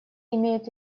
имеет